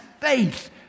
faith